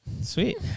Sweet